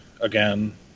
again